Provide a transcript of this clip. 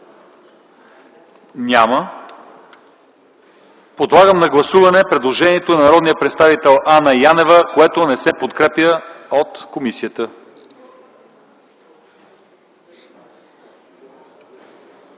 Няма. Подлагам на гласуване предложението на народния представител Анна Янева, което не се подкрепя от комисията.